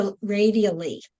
radially